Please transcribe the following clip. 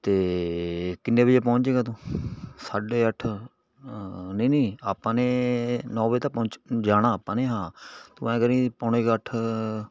ਅਤੇ ਕਿੰਨੇ ਵਜੇ ਪਹੁੰਚ ਜਾਵੇਗਾ ਤੂੰ ਸਾਢੇ ਅੱਠ ਨਹੀਂ ਨਹੀਂ ਆਪਾਂ ਨੇ ਨੌਂ ਵਜੇ ਤਾਂ ਪਹੁੰਚ ਜਾਣਾ ਆਪਾਂ ਨੇ ਹਾਂ ਤੂੰ ਐ ਕਰੀ ਪੌਣੇ ਕੁ ਅੱਠ